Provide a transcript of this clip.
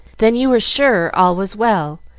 then you were sure all was well,